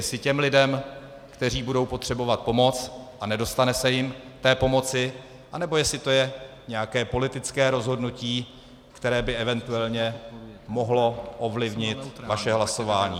Jestli těm lidem, kteří budou potřebovat pomoc, a nedostane se jim té pomoci, anebo jestli to je nějaké politické rozhodnutí, které by eventuálně mohlo ovlivnit vaše hlasování.